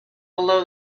below